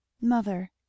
Mother